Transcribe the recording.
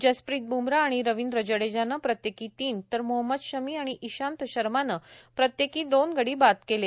जसप्रीत ब्मरा आणि रविंद्र जडेजानं प्रत्येकी तीन तर मोहम्मद शमी आणि इशांत शर्मानं प्रत्येकी दोन गडी बाद केले